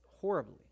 horribly